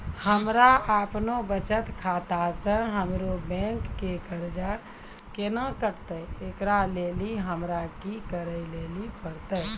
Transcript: हमरा आपनौ बचत खाता से हमरौ बैंक के कर्जा केना कटतै ऐकरा लेली हमरा कि करै लेली परतै?